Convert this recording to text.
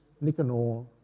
Nicanor